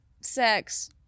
sex